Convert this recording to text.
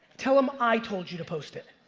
tell em i told you to post it.